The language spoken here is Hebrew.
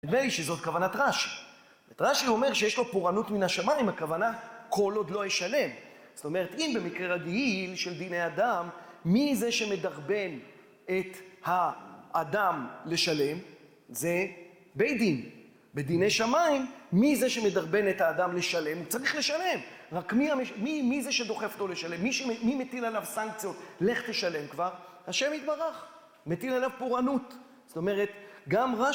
נדמה לי שזאת כוונת רש"י. רש"י אומר שיש לו פורענות מן השמיים, הכוונה, כל עוד לא ישלם. זאת אומרת, אם במקרה רגיל של דיני אדם, מי זה שמדרבן את האדם לשלם? זה בית דין. בדיני שמיים, מי זה שמדרבן את האדם לשלם? הוא צריך לשלם. רק מי זה שדוחף אותו לשלם? מי מטיל עליו סנקציות? לך תשלם כבר. השם יתברך. מטיל עליו פורענות. זאת אומרת, גם רש"י...